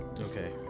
Okay